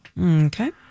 Okay